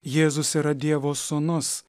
jėzus yra dievo sūnus